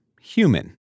human